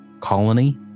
colony